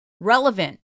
Relevant